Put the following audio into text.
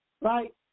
right